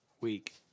week